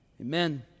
Amen